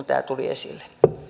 tämä tuli esille sitten